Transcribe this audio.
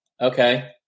okay